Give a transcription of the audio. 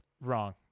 wrong